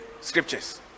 scriptures